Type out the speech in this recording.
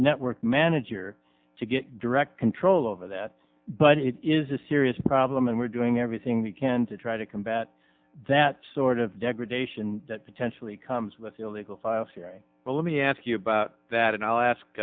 network manager to get direct control over that but it is a serious problem and we're doing everything we can to try to combat that sort of degradation that potentially comes with illegal file sharing but let me ask you about that and i'll